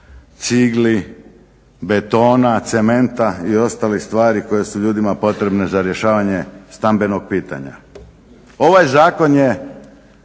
cigli, betona, cementa i ostalih stvari koje su ljudima potrebne za rješavanje stambenog pitanja. Ovaj zakon je